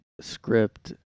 script